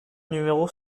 numéro